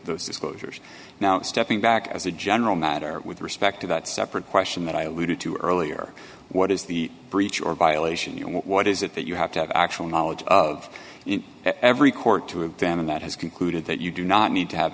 those disclosures now stepping back as a general matter with respect to that separate question that i alluded to earlier what is the breach or violation what is it that you have to have actual knowledge of in every court two of them and that has concluded that you do not need to have